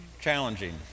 Challenging